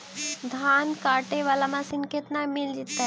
धान काटे वाला मशीन केतना में मिल जैतै?